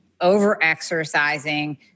over-exercising